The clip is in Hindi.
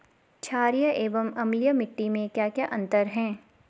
छारीय एवं अम्लीय मिट्टी में क्या क्या अंतर हैं?